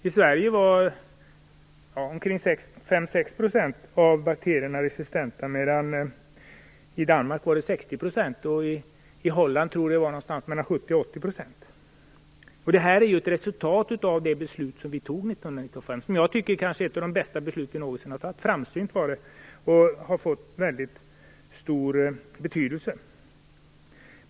I Sverige var omkring 5-6 % av bakterierna resistenta, i Danmark 60 % och i Holland någonstans mellan 70 % och 80 %, tror jag. Det är ett resultat av det beslut som vi fattade 1995 och som jag tycker är ett av de kanske bästa beslut vi någonsin har fattat. Det var framsynt och har fått väldigt stor betydelse.